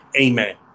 Amen